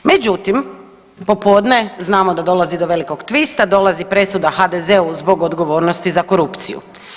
Međutim, popodne znamo da dolazi do velikog twista, dolazi presuda HDZ-u zbog odgovornosti za korupciju.